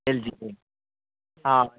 L G അല്ലേ ആ